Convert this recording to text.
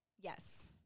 Yes